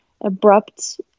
abrupt